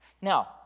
Now